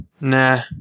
Nah